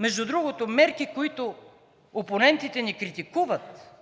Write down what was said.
между другото, мерки, които опонентите ни критикуват,